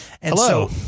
Hello